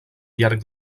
llarg